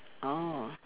oh